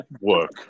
work